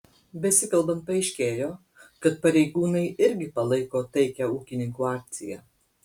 besikalbant paaiškėjo kad pareigūnai irgi palaiko taikią ūkininkų akciją